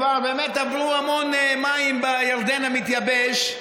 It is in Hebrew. כבר באמת עברו המון מים בירדן המתייבש,